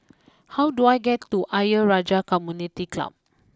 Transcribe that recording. how do I get to Ayer Rajah Community Club